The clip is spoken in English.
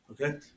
okay